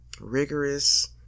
rigorous